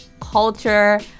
culture